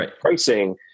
pricing